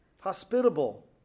Hospitable